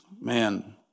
Man